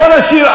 בואו נשאיר,